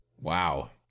wow